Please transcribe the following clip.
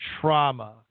trauma